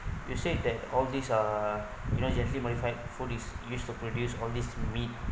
you said that all these are you know genetic modified food is used to produce all these meat